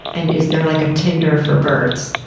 and is there like a tinder for birds?